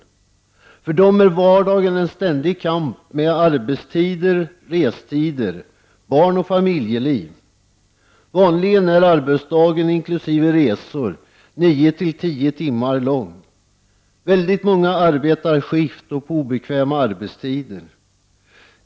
För den vanlige stockholmaren är vardagen en ständig kamp med arbetstider, restider och barnoch familjeliv. Vanligen är arbetsdagen inkl. resor nio till tio timmar lång. Väldigt många arbetar skift och på obekväma arbetstider.